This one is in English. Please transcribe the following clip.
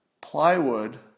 Plywood